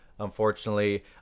unfortunately